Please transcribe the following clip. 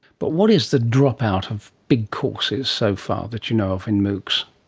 but what is the dropout of big courses so far that you know of in moocs?